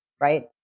right